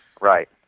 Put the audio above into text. right